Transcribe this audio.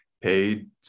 paid